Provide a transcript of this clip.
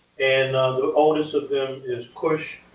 and the oldest of them is kush.